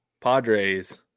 Padres